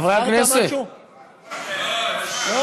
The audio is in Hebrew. אה, יש